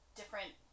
different